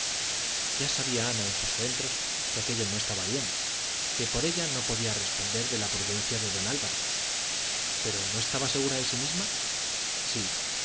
ya sabía ana en sus adentros que aquello no estaba bien por que ella no podía responder de la prudencia de don álvaro pero no estaba segura de sí misma sí